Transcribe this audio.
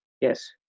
Yes